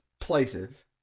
places